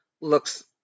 looks